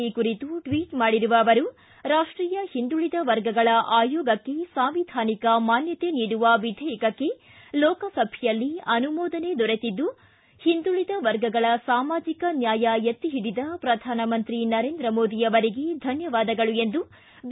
ಈ ಕುರಿತು ಟ್ವಿಚ್ ಮಾಡಿರುವ ಅವರು ರಾಷ್ಷೀಯ ಹಿಂದುಳಿದ ವರ್ಗಗಳ ಅಯೋಗಕ್ಕೆ ಸಾಂವಿಧಾನಿಕ ಮಾನ್ವತೆ ನೀಡುವ ವಿಧೇಯಕಕ್ಕೆ ಲೋಕಸಭೆಯಲ್ಲಿ ಅನುಮೋದನೆ ದೊರೆತಿದ್ದು ಹಿಂದುಳಿದ ವರ್ಗಗಳ ಸಾಮಾಜಿಕ ನ್ಯಾಯ ಎತ್ತಿ ಓಡಿದ ಪ್ರಧಾನಮಂತ್ರಿ ನರೇಂದ್ರ ಮೋದಿ ಅವರಿಗೆ ಧನ್ನವಾದಗಳು ಎಂದು ಬಿ